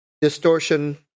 distortion